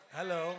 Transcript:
Hello